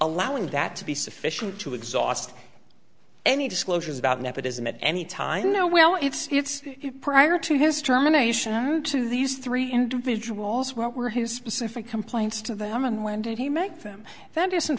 allowing that to be sufficient to exhaust any disclosures about nepotism at any time no well if it's prior to his terminations to these three individuals what were his specific complaints to them and when did he make them th